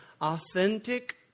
authentic